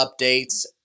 updates